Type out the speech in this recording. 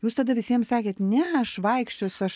jūs tada visiems sakėt ne aš vaikščiosiu aš